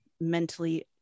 mentally